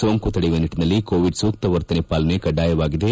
ಸೋಂಕು ತಡೆಯುವ ನಿಟ್ಟನಲ್ಲಿ ಕೋವಿಡ್ ಸೂಕ್ತ ವರ್ತನೆ ಪಾಲನೆ ಕಡ್ಡಾಯವಾಗಿದೆ